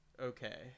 Okay